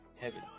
heaven